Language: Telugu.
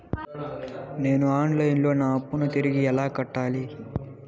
నేను ఆన్ లైను లో నా అప్పును తిరిగి ఎలా కట్టాలి?